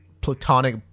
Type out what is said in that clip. platonic